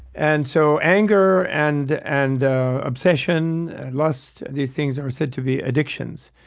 and so anger and and obsession and lust, these things are said to be addictions,